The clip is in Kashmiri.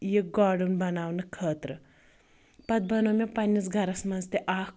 یہِ گاڑٕن بَناونہٕ خٲطرٕ پَتہٕ بَنٲو مےٚ پَننِس گَھرَس منٛز تہِ اَکھ